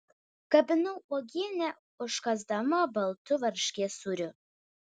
kabinau uogienę užkąsdama baltu varškės sūriu